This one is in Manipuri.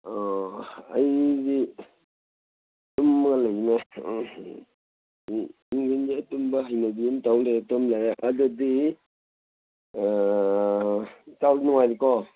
ꯑꯣ ꯑꯩꯗꯤ ꯇꯨꯝꯃꯒ ꯂꯩꯕꯅꯦ ꯅꯨꯡꯊꯤꯟꯁꯦ ꯑꯩ ꯇꯨꯝꯕ ꯍꯩꯅꯕꯤ ꯑꯃ ꯇꯧ ꯂꯩꯔꯦ ꯇꯨꯝ ꯂꯩꯔꯦ ꯑꯗꯨꯗꯤ ꯏꯇꯥꯎꯗꯤ ꯅꯨꯡꯉꯥꯏꯔꯤꯀꯣ